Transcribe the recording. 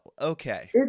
Okay